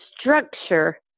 structure